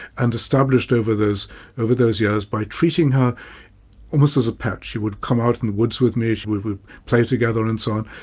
and established over those over those years, by treating her almost as a pet. she would come out in the woods with me, we'd play together and so on.